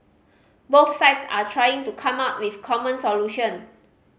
both sides are trying to come up with common solution